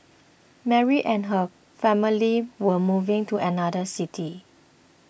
Mary and her family were moving to another city